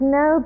no